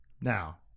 Now